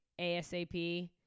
ASAP